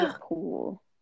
pool